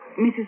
Mrs